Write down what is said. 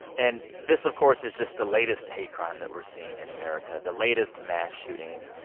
and this of course is just the latest hate crime that we're seeing in america, the latest mass shooting.